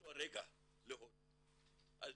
באותו רגע, להודו, אז